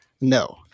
no